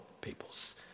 peoples